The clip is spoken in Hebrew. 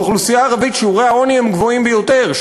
באוכלוסייה הערבית שיעורי העוני הם גבוהים ביותר,